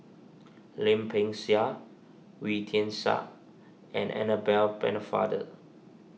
Lim Peng Siang Wee Tian Siak and Annabel Pennefather